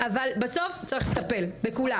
אבל בסוף צריך לטפל בכולם.